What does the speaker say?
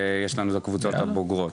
ויש את הקבוצות הבוגרות,